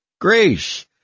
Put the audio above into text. grace